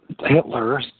Hitler